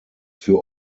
für